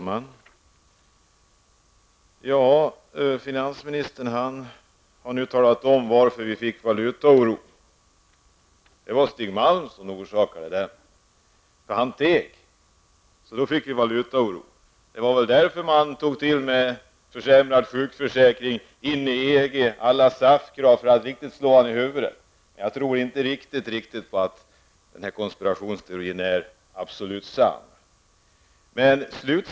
Fru talman! Finansministern har redogjort för anledningen till den valutaoro som uppkommit. Det var Stig Malm som orsakade den! Han teg nämligen. Var det därför som regeringen fattade beslut om en försämrad sjukförsäkring och öppnade möjligheterna för ett kommande inträde i EG enligt SAF:s önskemål? Ville man därmed slå Stig Malm i huvudet? Jag tror inte att den konspirationsteorin överensstämmer med sanningen.